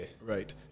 Right